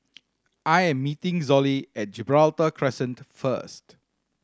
I'm meeting Zollie at Gibraltar Crescent first